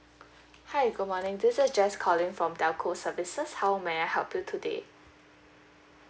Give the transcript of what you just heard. hi good morning this is jess calling from telco services how may I help you today